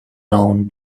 own